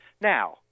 Now